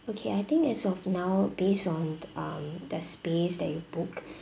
okay I think as of now based on um the space that you booked